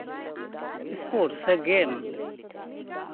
sports ᱥᱮ ᱜᱮᱢ